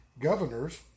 Governors